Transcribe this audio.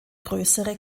größere